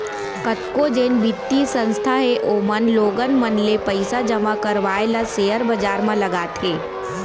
कतको जेन बित्तीय संस्था हे ओमन लोगन मन ले पइसा जमा करवाय ल सेयर बजार म लगाथे